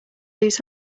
these